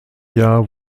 jahr